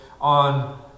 on